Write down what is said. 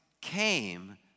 came